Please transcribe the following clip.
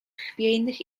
chwiejnych